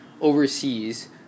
overseas